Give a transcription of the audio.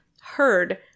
heard